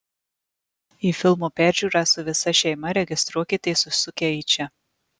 į filmo peržiūrą su visa šeima registruokitės užsukę į čia